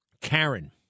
Karen